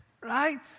right